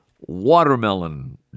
Watermelon